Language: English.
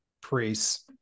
priests